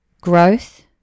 growth